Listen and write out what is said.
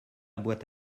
boîte